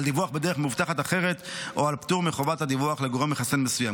על דיווח בדרך מאובטחת אחרת או על פטור מחובת הדיווח לגורם מחסן מסוים.